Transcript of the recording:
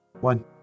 one